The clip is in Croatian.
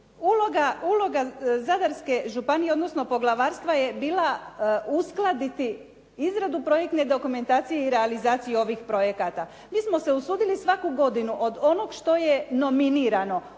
Uloga Zadarske županije odnosno poglavarstva je bila uskladiti izradu projektne dokumentacije i realizaciju ovih projekata. Mi smo se usudili svaku godinu od onog što je nominirano